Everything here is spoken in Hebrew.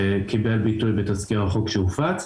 שקיבל ביטוי בתזכיר החוק שהופץ.